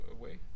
away